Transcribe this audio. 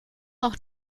auch